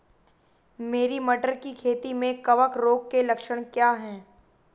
मेरी मटर की खेती में कवक रोग के लक्षण क्या हैं?